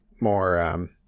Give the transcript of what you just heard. more